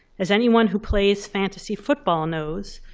as anyone who plays fantasy football knows,